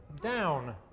down